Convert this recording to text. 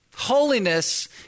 Holiness